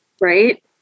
Right